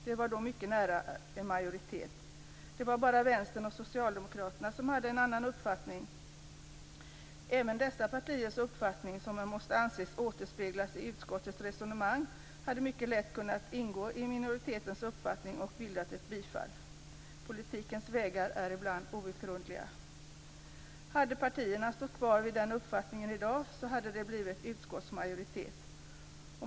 Det var då mycket nära en majoritet, bara Vänstern och Socialdemokraterna hade en annan uppfattning. Även dessa partiers uppfattning, som måste anses återspeglad i utskottets resonemang, hade mycket lätt kunnat ingå i minoritetens uppfattning och bildat ett bifall. Politikens vägar är ibland outgrundliga. Hade partierna stått kvar vid den uppfattningen i dag, hade det blivit utskottsmajoritet.